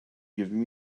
giving